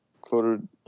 quoted